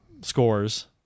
scores